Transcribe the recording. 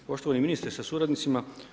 Poštovani ministre sa suradnicima.